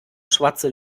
schwarze